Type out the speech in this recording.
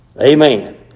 Amen